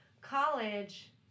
college